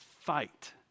fight